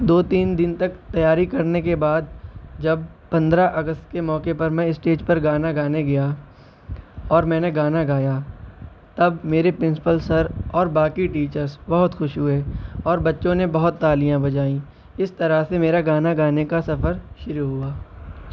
دو تین دن تک تیاری کرنے کے بعد جب پندرہ اگست کے موقع پر میں اسٹیج پر گانا گانے گیا اور میں نے گانا گایا تب میرے پرنسپل سر اور باقی ٹیچرس بہت خوش ہوئے اور بچوں نے بہت تالیاں بجائیں اس طرح سے میرا گانا گانے کا سفر شروع ہوا